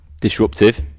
Disruptive